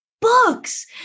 books